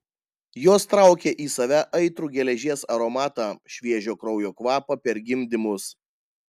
jos traukė į save aitrų geležies aromatą šviežio kraujo kvapą per gimdymus